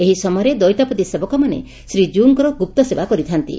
ଏହି ସମୟରେ ଦଇତାପତି ସେବକମାନେ ଶ୍ରୀକୀଉଙ୍କର ଗୁପ୍ତ ସେବା କରିଥାନ୍ତି